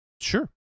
Sure